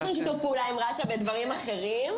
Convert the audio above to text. יש לנו שיתוף פעולה עם רש"א בדברים אחרים.